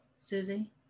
Susie